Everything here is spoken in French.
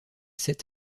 sept